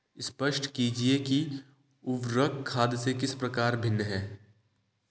स्पष्ट कीजिए कि उर्वरक खाद से किस प्रकार भिन्न है?